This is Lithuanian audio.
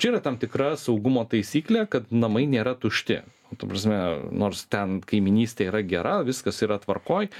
čia yra tam tikra saugumo taisyklė kad namai nėra tušti ta prasme nors ten kaimynystė yra gera viskas yra tvarkoj